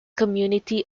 community